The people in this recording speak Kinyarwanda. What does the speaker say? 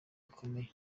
bikomeye